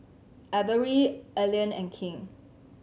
Averie Ailene and King